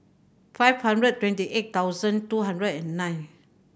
five hundred twenty eight thousand two hundred and nine